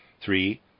three